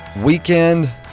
weekend